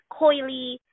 coily